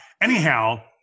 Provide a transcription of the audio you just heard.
Anyhow